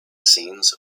scenes